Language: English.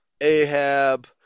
Ahab